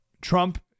Trump